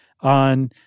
on